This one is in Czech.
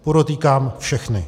Podotýkám všechny.